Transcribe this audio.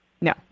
No